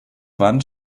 wand